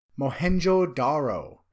Mohenjo-Daro